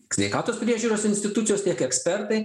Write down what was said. sveikatos priežiūros institucijos tiek ekspertai